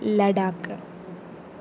Ladakh